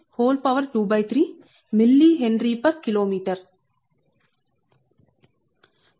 L 12Ls M అని రాయవచ్చు